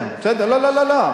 אני אגיד לך מה.